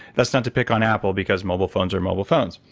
that's not to pick on apple because mobile phones are mobile phones.